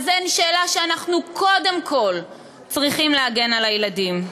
אז אין שאלה שאנחנו קודם כול צריכים להגן על הילדים.